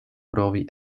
provi